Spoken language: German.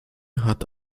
hat